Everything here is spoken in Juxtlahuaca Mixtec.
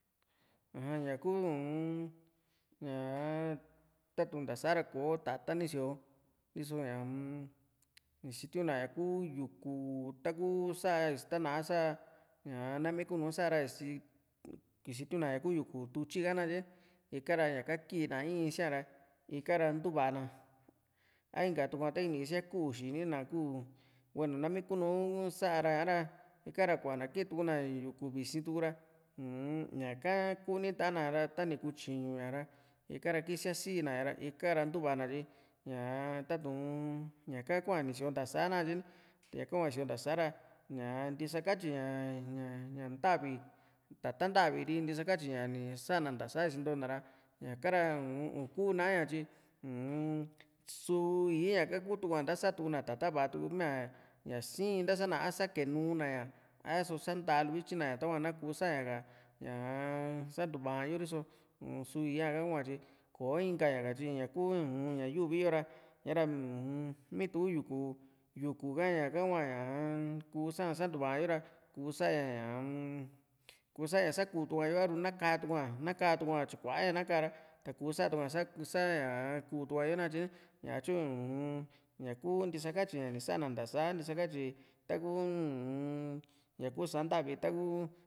aja ña kuu u-n ña tatu´n ntasa ra kò´o tata´n ni síoo riso ñaa-m ni sitiuna ña ku yuku ta´ku sa´a ista na a sá ña nami ku´nu sá ra isitiuna ña ku yuku tútyi ka ha natye ni ikaara ñaka kii na i´iin sía´ra ikara ntuva na a ika tukua tani ki´sia ku´u xini na ku hueno nami ku´nu sa´ra ikara kua´na kii na yuku visi tuku ra uu-m ñaka kuni nta´a na ra tani ku tyiñu ña ra ika ra kisía sii na ña ra ika´ra ntuva na tyi ña tatu´n ñaka hua ni sío ntasa nakatye ni ñaka hua ni síó ntasa ra ña ntisakatyi ña ñá ntavi tata´n natvi ri nti sakatyi ña ni sa´na nta sa nisintona ra ñaka ra u-m uku naña tyi uu-n suu iá ha kutukuá ntasana tata´n va´a tuku mia siin ntasana a sa´kenu na a só san´ta luvtyina tahua na kusa´ña ka ñaa santuva ña yo riso usu+ia hua tyi kò´o inka ña tyi ñaku ña yuvi yo ra uu-m mitu yuku ha ñaka kua ñaa kuu saá santuva ña yo ra kusaña ñaa-m kusaña sá ku´u tukuá yo a´ru na káa tukuá na káa tukuá tyikuaña na káa tukura kusatukua sa ku´u ña yo nakatye ni ña´tyu uu-n ñaku ntiskatyi ña sa´na ntasá ntisakatyi takuu u-n ñaku Sa'an ntavi taku